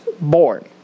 born